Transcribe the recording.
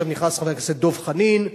עכשיו נכנס חבר הכנסת דב חנין,